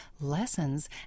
lessons